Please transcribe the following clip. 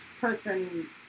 person